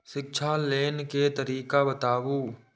शिक्षा लोन के तरीका बताबू?